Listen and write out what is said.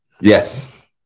yes